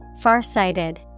Farsighted